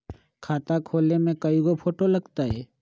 खाता खोले में कइगो फ़ोटो लगतै?